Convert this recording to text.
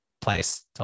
place